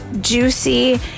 juicy